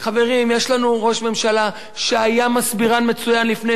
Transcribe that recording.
יש לנו ראש ממשלה שהיה מסבירן מצוין לפני 20 שנה,